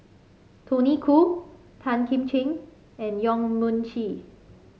Tony Khoo Tan Kim Ching and Yong Mun Chee